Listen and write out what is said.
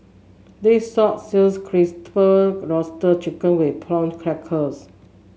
this sop sells crisper roasted chicken with Prawn Crackers